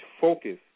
focus